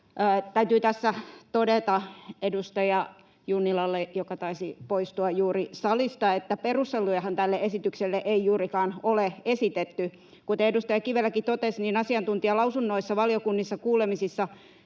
Täytyy tässä todeta edustaja Junnilalle, joka taisi poistua juuri salista, että perustelujahan tälle esitykselle ei juurikaan ole esitetty. Kuten edustaja Kiveläkin totesi, asiantuntijalausunnoissa valiokuntakuulemisissa